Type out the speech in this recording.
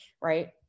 right